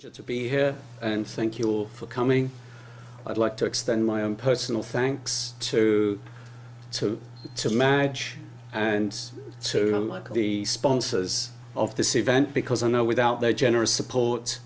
good to be here and thank you all for coming i'd like to extend my own personal thanks to to to manage and to the sponsors of this event because i know without their generous support